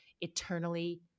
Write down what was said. eternally